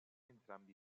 entrambi